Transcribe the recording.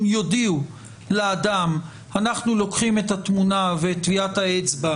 יודיעו לאדם: אנחנו לוקחים את התמונה ואת טביעת האצבע,